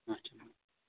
اچھا میم